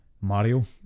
Mario